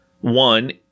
One